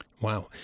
Wow